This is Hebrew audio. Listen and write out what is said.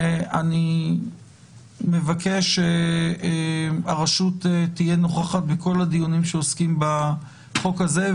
ואני מבקש שהרשות תהיה נוכחת בכל הדיונים שעוסקים בחוק הזה,